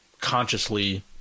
consciously